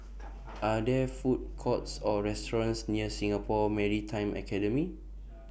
Are There Food Courts Or restaurants near Singapore Maritime Academy